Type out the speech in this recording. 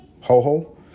ho-ho